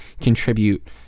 contribute